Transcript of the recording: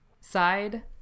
side